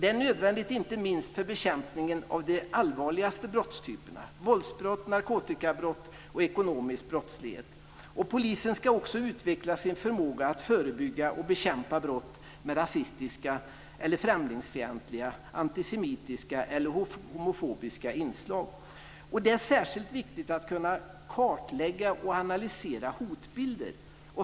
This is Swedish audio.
Det är nödvändigt inte minst för bekämpningen av de allvarligaste brottstyperna - våldsbrott, narkotikabrott och ekonomisk brottslighet. Polisen ska också utveckla sin förmåga att förebygga och bekämpa brott med rasistiska eller främlingsfientliga, antisemitiska eller homofobiska inslag. Det är särskilt viktigt att kunna kartlägga och analysera hotbilder.